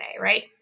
right